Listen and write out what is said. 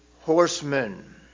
horsemen